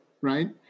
Right